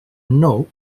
node